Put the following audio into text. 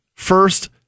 First